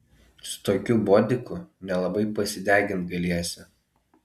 su tokiu bodiku nelabai pasidegint galėsi